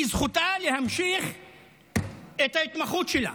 כי זכותה להמשיך את ההתמחות שלה